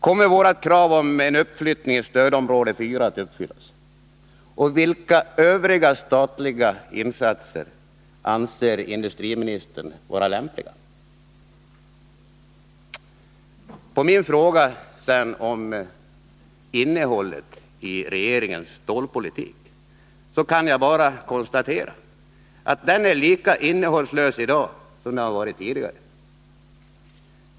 | Kommer vårt krav på en uppflyttning till stödområde 4 att uppfyllas, och vilka övriga statliga insatser anser industriministern vara lämpliga? Svaret på min fråga om innehållet i regeringens stålpolitik är, kan jag konstatera, lika innehållslöst i dag som tidigare.